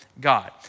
God